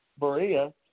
Maria –